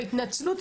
ההתנצלות,